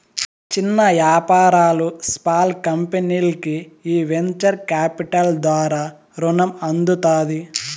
చిన్న యాపారాలు, స్పాల్ కంపెనీల్కి ఈ వెంచర్ కాపిటల్ ద్వారా రునం అందుతాది